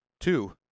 two